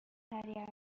سریع